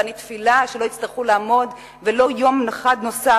ואני תפילה שלא יצטרכו לעמוד ולו יום אחד נוסף,